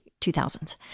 2000s